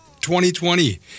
2020